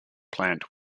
plant